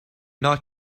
not